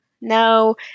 no